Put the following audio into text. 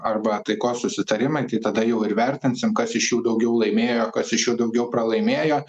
arba taikos susitarimai tai tada jau ir vertinsim kas iš jų daugiau laimėjo kas iš jų daugiau pralaimėjo